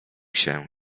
się